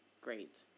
great